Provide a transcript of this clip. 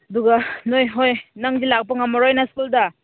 ꯑꯗꯨꯒ ꯅꯣꯏ ꯍꯣꯏ ꯅꯪꯗꯤ ꯂꯥꯛꯄ ꯉꯝꯃꯔꯣꯏꯅ ꯏꯁꯀꯨꯜꯗ